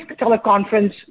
teleconference